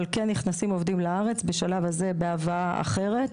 אבל כן נכנסים עובדים לארץ בשלב הזה בהבאה אחרת